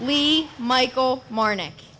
we michael moore nic